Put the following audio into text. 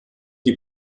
die